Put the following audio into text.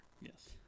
Yes